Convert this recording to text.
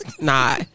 Nah